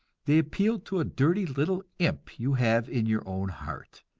they appeal to a dirty little imp you have in your own heart,